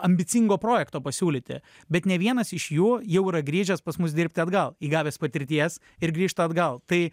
ambicingo projekto pasiūlyti bet ne vienas iš jų jau yra grįžęs pas mus dirbti atgal įgavęs patirties ir grįžta atgal tai